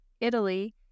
Italy